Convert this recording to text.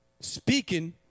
speaking